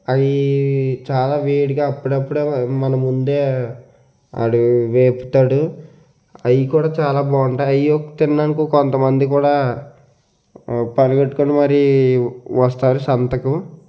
అయి చాలా వేడిగా అప్పుడప్పుడే మ మన ముందే ఆడు వేపుతాడు అవి కూడా చాలా బాగుంటాయి అయి తినడానికి కొంతమంది కూడా పనికట్టుకొని మరి వస్తారు సంతకు